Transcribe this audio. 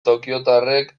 tokiotarrek